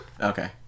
Okay